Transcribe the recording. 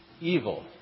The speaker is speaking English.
Evil